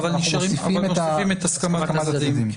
אבל מוסיפים את הסכמת הצדדים.